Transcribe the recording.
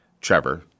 Trevor